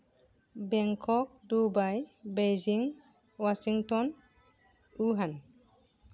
Bangkok Dubai Beijing Washington Wuhan